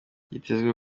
byitezwe